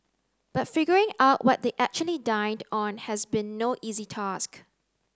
but figuring out what they actually dined on has been no easy task